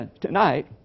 Tonight